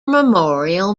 memorial